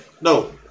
No